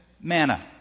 manna